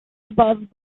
above